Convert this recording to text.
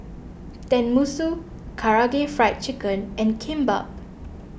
Tenmusu Karaage Fried Chicken and Kimbap